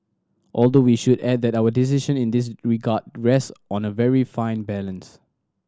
although we should add that our decision in this regard rest on a very fine balance